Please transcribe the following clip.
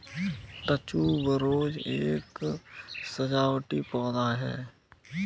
tuberose एक सजावटी पौधा है